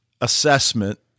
assessment